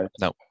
No